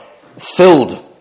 filled